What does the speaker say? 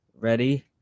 Ready